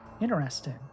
Interesting